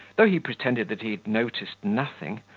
though he pretended that he noticed nothing,